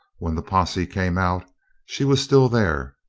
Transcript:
when the posse came out she was still there.